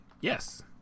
yes